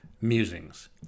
musings